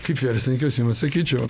kaip verslininkas jum sakyčiau